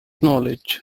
knowledge